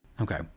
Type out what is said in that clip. Okay